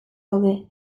gaude